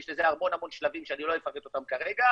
יש לזה המון המון שלבים שאני לא אפרט אותם כרגע,